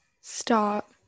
stop